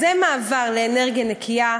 זה מעבר לאנרגיה נקייה,